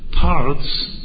parts